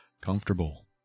comfortable